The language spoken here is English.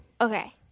okay